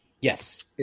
Yes